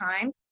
times